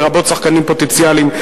לרבות שחקנים פוטנציאליים,